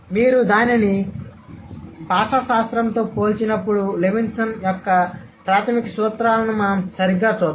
మీరు దానిని భాషాశాస్త్రంతో పోల్చినప్పుడు లెవిన్సన్ యొక్క ప్రాథమిక సూత్రాలను మనం సరిగ్గా చూద్దాం